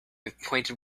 acquainted